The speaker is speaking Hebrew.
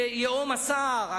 ייהום הסער,